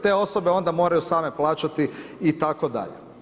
Te osobe onda moraju same plaćati itd.